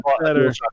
better